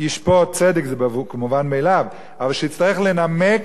ישפוט צדק, זה מובן מאליו, אבל שיצטרך לנמק,